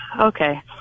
Okay